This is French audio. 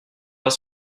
pas